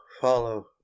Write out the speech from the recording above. follow